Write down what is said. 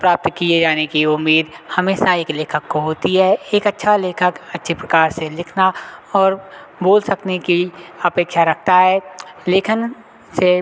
प्राप्त किए जाने की उम्मीद हमेसा एक लेखक को होती है एक अच्छा लेखक अच्छे प्रकार से लिखना और बोल सकने की अपेक्षा रखता है लेखन से